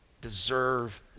deserve